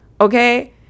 okay